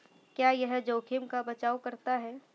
क्या यह जोखिम का बचाओ करता है?